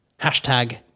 hashtag